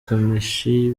kamichi